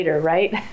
right